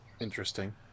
interesting